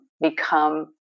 become